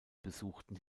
besuchten